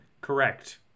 correct